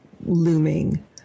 looming